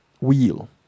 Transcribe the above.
wheel